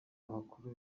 abakuru